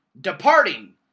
departing